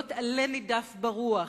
להיות עלה נידף ברוח,